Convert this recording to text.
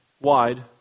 wide